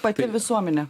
pati visuomenė